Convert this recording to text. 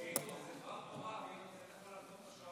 פינדרוס, זה דבר תורה, פינדרוס,